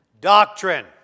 doctrine